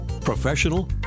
Professional